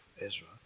Ezra